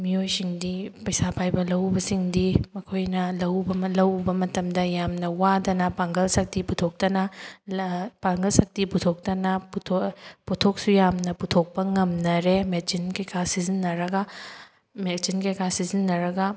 ꯃꯤꯑꯣꯏꯁꯤꯡꯗꯤ ꯄꯩꯁꯥ ꯄꯥꯏꯕ ꯂꯧꯎꯕꯁꯤꯡꯗꯤ ꯃꯈꯣꯏꯅ ꯂꯧ ꯎꯕ ꯑꯃ ꯂꯧ ꯎꯕ ꯃꯇꯝꯗ ꯌꯥꯝꯅ ꯋꯥꯗꯅ ꯄꯥꯡꯒꯜ ꯁꯛꯇꯤ ꯄꯨꯊꯣꯛꯇꯅ ꯄꯥꯡꯒꯜ ꯁꯛꯇꯤ ꯄꯨꯊꯣꯛꯇꯅ ꯄꯣꯊꯣꯛꯁꯨ ꯌꯥꯝꯅ ꯄꯨꯊꯣꯛꯄ ꯉꯝꯅꯔꯦ ꯃꯦꯆꯤꯟ ꯀꯩꯀꯥ ꯁꯤꯖꯟꯅꯔꯒ ꯃꯦꯆꯤꯟ ꯀꯩꯀꯥ ꯁꯤꯖꯟꯅꯔꯒ